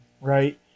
right